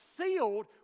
sealed